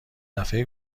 دفعه